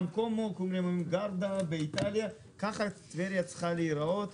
כמו אגם קומו וגארדה באיטליה ככה טבריה צריכה להיראות.